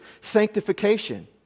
sanctification